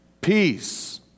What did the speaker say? Peace